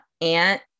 Aunt